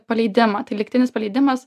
paleidimą tai lygtinis paleidimas